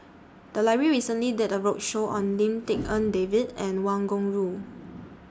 The Library recently did A roadshow on Lim Tik En David and Wang Gungwu